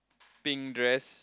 pink dress